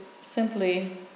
simply